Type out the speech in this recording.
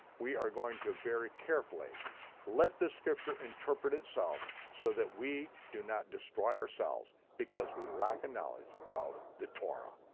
we are going to very carefully let the scripture interpret itself, so that we do not destroy ourselves because we lack a knowledge of the torah,